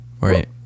right